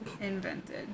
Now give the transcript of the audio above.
Invented